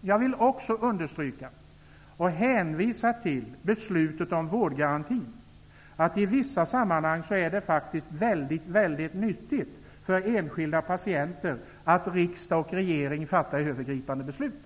Jag vill också understryka och hänvisa till beslutet om vårdgaranti. I vissa sammanhang är det faktiskt nyttigt för enskilda patienter att riksdag och regering fattar övergripande beslut.